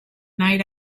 night